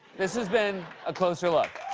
this has been a closer look.